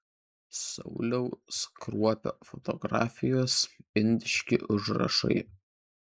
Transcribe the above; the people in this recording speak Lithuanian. sauliaus kruopio fotografijos indiški užrašai